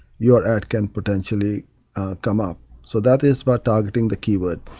your ad can potentially come up. so that is about targeting the keyword.